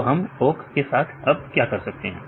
तो हम ओक के साथ क्या कर सकते हैं